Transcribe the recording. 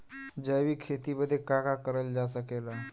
जैविक खेती बदे का का करल जा सकेला?